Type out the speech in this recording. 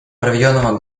проведенного